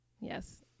yes